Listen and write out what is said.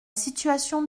situation